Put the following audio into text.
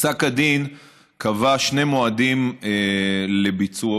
בפסק הדין נקבעו שני מועדים לביצועו: